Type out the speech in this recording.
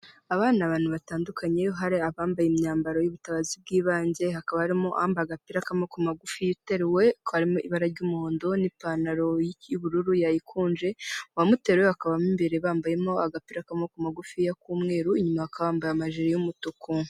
Aba ni abantu batandukanye hari abambaye imyambaro y'ubutabazi bw'ibanze, hakaba harimo uwambaye agapira k'amaboko magufi uteruwe, hakaba harimo ibara ry'umuhondo n'ipantaro y'ubururu yayikunje, mu bamuteruye bakaba mo imbere bambayemo agapira k'aboko magufiya k'umweru, inyuma bakaba bambaye amajiri y'umutuku.